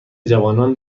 جوانان